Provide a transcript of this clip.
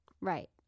Right